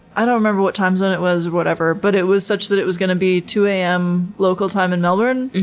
i don't remember what time zone it was, but it was such that it was going to be two a m. local time in melbourne.